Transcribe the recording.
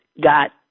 got